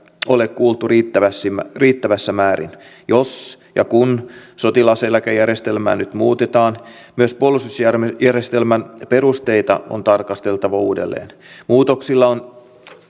ole kuultu riittävässä riittävässä määrin jos ja kun sotilaseläkejärjestelmää nyt muutetaan myös puolustusjärjestelmän perusteita on tarkasteltava uudelleen muutoksilla on